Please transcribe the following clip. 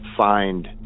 find